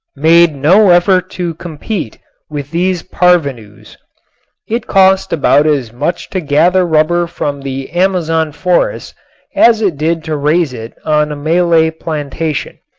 made no effort to compete with these parvenus. it cost about as much to gather rubber from the amazon forests as it did to raise it on a malay plantation,